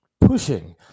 pushing